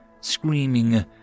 screaming